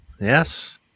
Yes